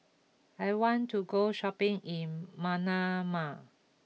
I want to go shopping in Manama